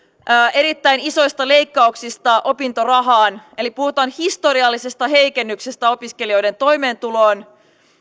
erittäin isoista leikkauksista opintorahaan eli puhutaan historiallisesta heikennyksestä opiskelijoiden toimeentuloon